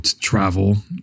travel